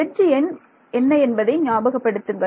edge எண் என்பதை ஞாபகப்படுத்துங்கள்